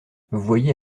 voyez